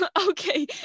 Okay